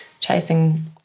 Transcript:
chasing